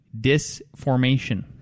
disformation